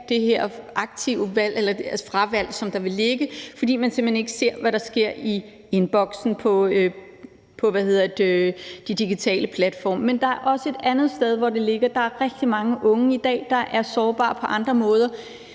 eller fravalg, der vil ligge, fordi de simpelt hen ikke ser, hvad der sker i indbakken på de digitale platforme. Men der er også et andet sted, hvor det ligger, og det er, at der i dag er rigtig mange unge, der er sårbare på andre måder